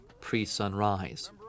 pre-sunrise